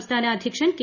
സംസ്ഥാന അധ്യക്ഷൻ കെ